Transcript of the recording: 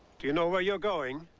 do you know where you're going?